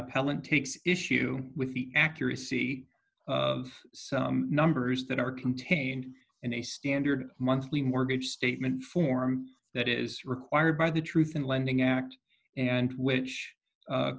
appellant takes issue with the accuracy of some numbers that are contained in a standard monthly mortgage statement form that is required by the truth in lending act and which